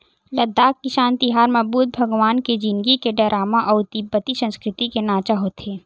लद्दाख किसान तिहार म बुद्ध भगवान के जिनगी के डरामा अउ तिब्बती संस्कृति के नाचा होथे